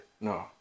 No